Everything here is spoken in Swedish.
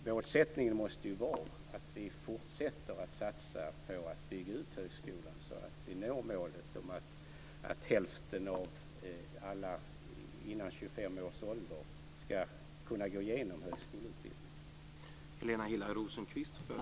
Målsättningen måste ju vara att vi fortsätter att satsa på att bygga ut högskolan så att vi når målet att hälften av alla ska kunna gå igenom högskoleutbildning före 25 års ålder.